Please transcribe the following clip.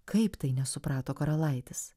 kaip tai nesuprato karalaitis